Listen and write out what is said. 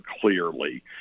clearly